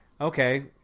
okay